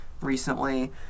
recently